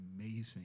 amazing